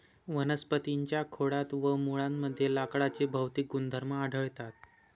वनस्पतीं च्या खोडात व मुळांमध्ये लाकडाचे भौतिक गुणधर्म आढळतात